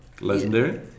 legendary